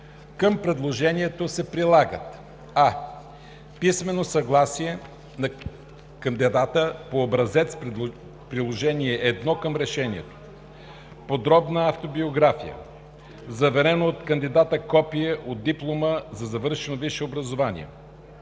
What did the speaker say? Към предложението се прилагат: а) писмено съгласие на кандидата по образец – приложение № 1 към решението; б) подробна автобиография; в) заверено от кандидата копие от диплома за завършено висше образование;